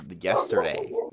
yesterday